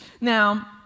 Now